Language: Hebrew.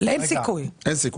אין סיכוי.